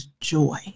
joy